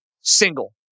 single